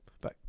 Bye